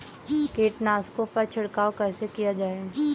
कीटनाशकों पर छिड़काव कैसे किया जाए?